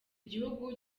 gihugu